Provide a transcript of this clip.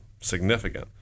significant